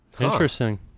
interesting